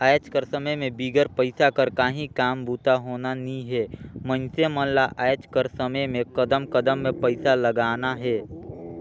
आएज कर समे में बिगर पइसा कर काहीं काम बूता होना नी हे मइनसे मन ल आएज कर समे में कदम कदम में पइसा लगना हे